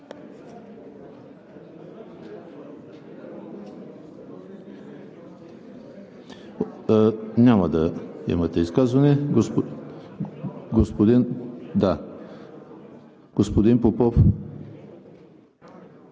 Няма да имате изказване. Господин Попов?